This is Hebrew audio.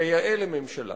כיאה לממשלה.